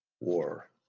war